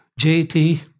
JT